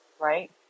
right